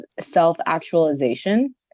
self-actualization